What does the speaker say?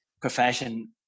profession